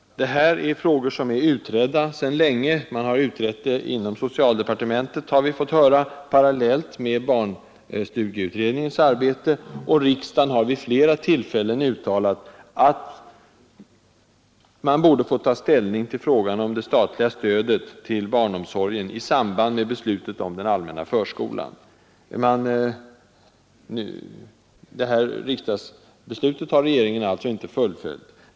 Statsbidragsfrågorna är utredda sedan länge. De har utretts inom socialdepartementet, har vi fått höra, parallellt med barnstugeutredningens arbete. Riksdagen har vid flera tillfällen uttalat att man borde få ta ställning till frågan om det statliga stödet till barnomsorgen i samband med beslutet om den allmänna förskolan. Det här riksdagsbeslutet har regeringen alltså inte fullföljt.